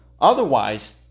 Otherwise